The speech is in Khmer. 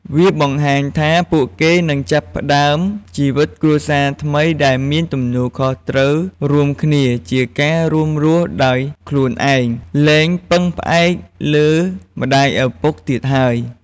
វាបង្ហាញថាពួកគេនឹង ចាប់ផ្តើមជីវិតគ្រួសារថ្មីដែលមានទំនួលខុសត្រូវរួមគ្នា ជាការរួមរស់ដោយខ្លួនឯង លែងពឹងផ្អែកលើម្ដាយឪពុកទៀតហើយ។